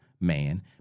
man